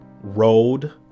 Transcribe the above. road